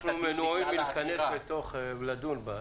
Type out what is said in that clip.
אנחנו מנועים מלהיכנס ולדון בעתירה,